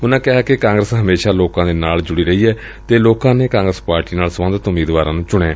ਉਨ੍ਹਾ ਕਿਹਾ ਕਿ ਕਾਗਰਸ ਹਮੇਸ਼ਾ ਲੋਕਾ ਨਾਲ ਜੁੜੀ ਰਹੀ ਏ ਤੇ ਲੋਕਾਂ ਨੇ ਕਾਂਗਰਸ ਪਾਰਟੀ ਨਾਲ ਸਬੰਧਤ ਉਮੀਦਵਾਰਾਂ ਨੂੰ ਚੁਣਿਐ